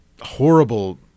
horrible